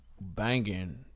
banging